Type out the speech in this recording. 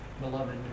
beloved